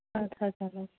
اَدٕ حظ اَدٕ حظ